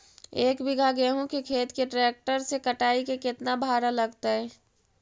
एक बिघा गेहूं के खेत के ट्रैक्टर से कटाई के केतना भाड़ा लगतै?